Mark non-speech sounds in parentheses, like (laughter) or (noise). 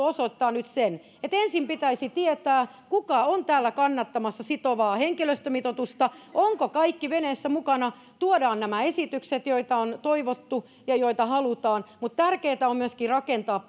(unintelligible) osoittaa nyt sen että ensin pitäisi tietää kuka on täällä kannattamassa sitovaa henkilöstömitoitusta onko kaikki veneessä mukana tuodaan nämä esitykset joita on toivottu ja joita halutaan mutta tärkeätä on myöskin rakentaa (unintelligible)